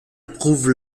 approuve